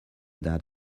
that